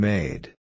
Made